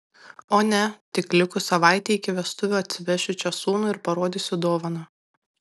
o ne tik likus savaitei iki vestuvių atsivešiu čia sūnų ir parodysiu dovaną